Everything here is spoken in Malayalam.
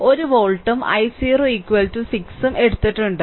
1 വോൾട്ടും i0 6 ഉം എടുത്തിട്ടുണ്ട്